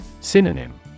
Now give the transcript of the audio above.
Synonym